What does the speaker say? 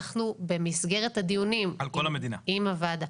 אנחנו במסגרת הדיונים עם הוועדה.